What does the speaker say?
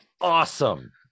Awesome